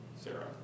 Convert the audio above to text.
Sarah